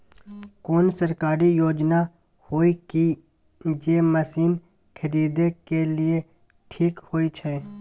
कोन सरकारी योजना होय इ जे मसीन खरीदे के लिए ठीक होय छै?